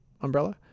umbrella